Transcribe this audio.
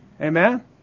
Amen